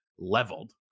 leveled